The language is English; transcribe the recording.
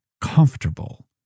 comfortable